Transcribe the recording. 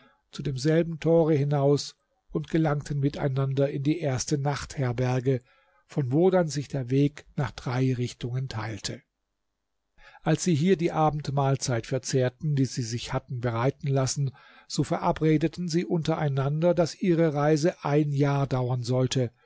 zu demselben tore hinaus und gelangten miteinander in die erste nachtherberge von wo dann sich der weg nach drei richtungen teilte als sie hier die abendmahlzeit verzehrten die sie sich hatten bereiten lassen so verabredeten sie untereinander daß ihre reise ein jahr dauern sollte